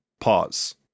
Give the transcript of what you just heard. Pause